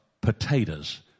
potatoes